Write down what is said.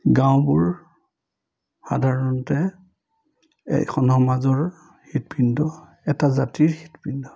গাঁওবোৰ সাধাৰণতে এখন সমাজৰ হৃদপিণ্ড এটা জাতিৰ হৃদপিণ্ড